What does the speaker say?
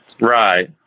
right